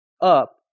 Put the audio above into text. up